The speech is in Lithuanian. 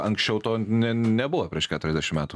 anksčiau to ne nebuvo prieš keturiasdešimt metų